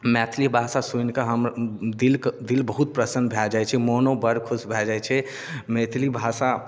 मैथिली भाषा सुनिकऽ हमर दिलक दिल बहुत प्रसन्न भए जाइ छै मोनो बड़ खुश भए जाइ छै मैथिली भाषा